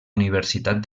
universitat